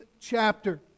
chapter